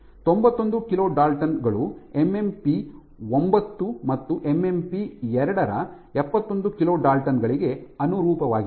ತೊಂಬತ್ತೊಂದು kilo dalton ಗಳು MMP ಒಂಬತ್ತು ಮತ್ತು ಎಮ್ಎಂಪಿ ಎರಡು ರ ಎಪ್ಪತ್ತೊಂದು ಕಿಲೋ ಡಾಲ್ಟನ್ ಗಳಿಗೆ ಅನುರೂಪವಾಗಿದೆ